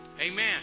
amen